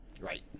Right